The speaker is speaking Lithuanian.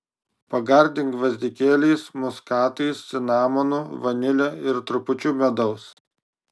pagardink gvazdikėliais muskatais cinamonu vanile ir trupučiu medaus